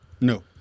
No